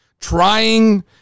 trying